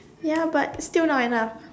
ya but still not enough